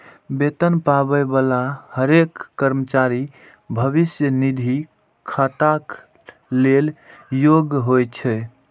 वेतन पाबै बला हरेक कर्मचारी भविष्य निधि खाताक लेल योग्य होइ छै